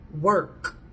work